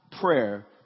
prayer